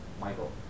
Michael